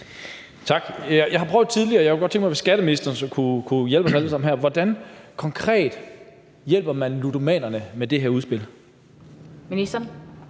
Tak. Jeg har prøvet at spørge tidligere, og jeg kunne godt tænke mig, at skatteministeren kunne hjælpe os alle sammen her. Hvordan hjælper man konkret ludomanerne med det her udspil? Kl.